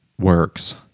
works